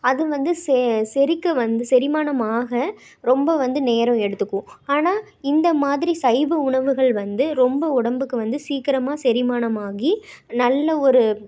அது வந்து செ செரிக்க வந்து செரிமானம் ஆக ரொம்ப வந்து நேரம் எடுத்துக்கும் ஆனால் இந்த மாதிரி சைவ உணவுகள் வந்து ரொம்ப உடம்புக்கு வந்து சீக்கிரமாக செரிமானம் ஆகி நல்ல ஒரு